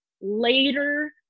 later